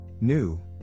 New